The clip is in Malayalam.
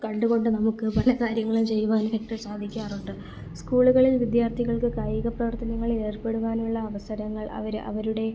കണ്ടുകൊണ്ട് നമുക്ക് പല കാര്യങ്ങളും ചെയ്യുവാനായിട്ട് സാധിക്കാറുണ്ട് സ്കൂളുകളിൽ വിദ്യാർത്ഥികൾക്ക് കായിക പ്രവർത്തനങ്ങളിൽ ഏർപ്പെടുവാനുള്ള അവസരങ്ങൾ അവർ അവരുടെ